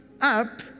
up